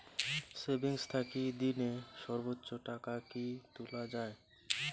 Savings থাকি দিনে সর্বোচ্চ টাকা কি তুলা য়ায়?